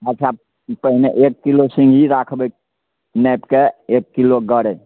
अच्छा पहने एक किलो सिङ्गघी राखबै नापिके एक किलो गरै